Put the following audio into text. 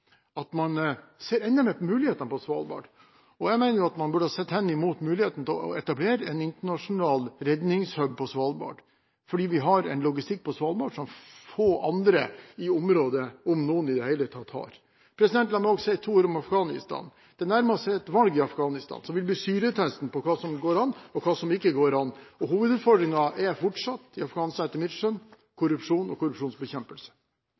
at man ser enda mer på mulighetene på Svalbard. Jeg mener man burde sett henimot mulighetene til å etablere en internasjonal redningshub på Svalbard, for vi har en logistikk på Svalbard som få andre i området, om noen i det hele tatt, har. La meg også si to ord om Afghanistan. Det nærmer seg et valg i Afghanistan, som vil bli syretesten på hva som går an og hva som ikke går an. Hovedutfordringen i Afghanistan er fortsatt, etter mitt skjønn, korrupsjon og korrupsjonsbekjempelse.